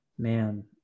Man